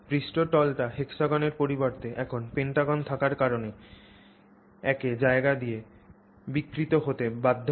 পৃষ্ঠতলটি হেক্সাগনের পরিবর্তে এখন পেন্টাগন থাকার কারণে একে জায়গা দিতে বিকৃত হতে বাধ্য হয়